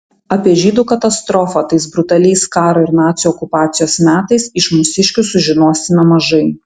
apie žydų katastrofą tais brutaliais karo ir nacių okupacijos metais iš mūsiškių sužinosime mažai